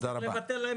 תודה.